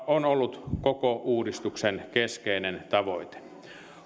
on ollut koko uudistuksen keskeinen tavoite